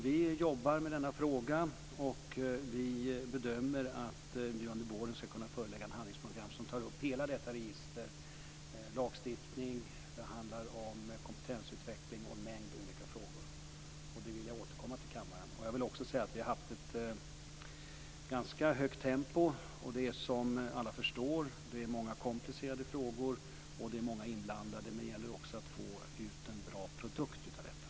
Vi jobbar med denna fråga, och vi bedömer att vi under våren ska kunna lägga fram ett handlingsprogram som tar upp hela registret, dvs. lagstiftning, kompetensutveckling och en mängd andra frågor. Jag vill återkomma till kammaren. Vi har haft ett högt tempo. Det är många komplicerade frågor, och det är många inblandade. Det gäller att få ut en bra produkt av det hela.